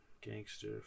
Gangster